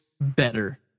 better